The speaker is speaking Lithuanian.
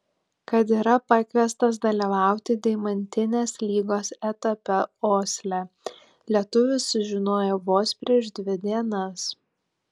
kad yra pakviestas dalyvauti deimantinės lygos etape osle lietuvis sužinojo vos prieš dvi dienas